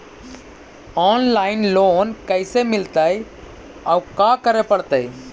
Online loan कैसे मिलतै औ का करे पड़तै?